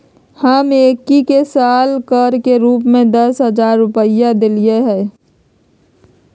हम एम्की के साल कर के रूप में दस हज़ार रुपइया देलियइ